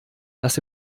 das